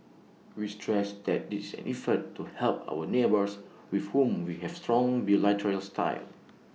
we stress that this any effort to help our neighbours with whom we have strong bilateral ties